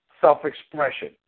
self-expression